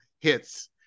hits